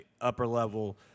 upper-level